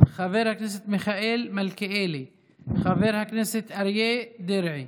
חבר הכנסת מיכאל מלכיאלי, חבר הכנסת אריה דרעי,